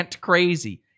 crazy